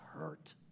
hurt